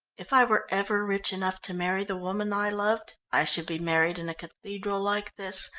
if i were ever rich enough to marry the woman i loved, i should be married in a cathedral like this,